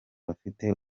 bafite